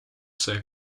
see